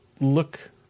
look